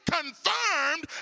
confirmed